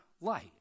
light